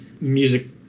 music